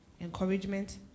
encouragement